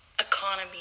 economy